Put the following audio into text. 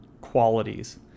qualities